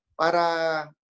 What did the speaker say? Para